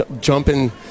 jumping